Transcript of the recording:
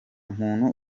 muntu